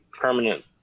permanent